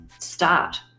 start